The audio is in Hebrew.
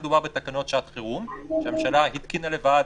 מדובר בתקנות שעת חירום שהממשלה התקינה לבד,